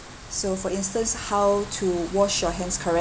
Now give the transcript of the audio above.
so for instance how to wash your hands correctly